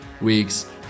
week's